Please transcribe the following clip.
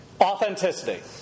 Authenticity